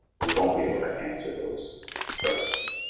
we won't be able to answer those questions.